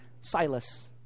Silas